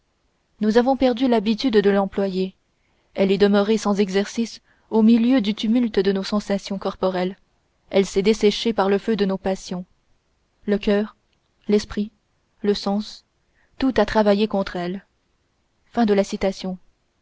nous avons perdu l'habitude de l'employer elle est demeurée sans exercice au milieu du tumulte de nos sensations corporelles elle s'est desséchée par le feu de nos passions le cœur l'esprit le sens tout a travaillé contre elle